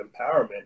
empowerment